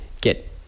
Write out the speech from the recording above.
get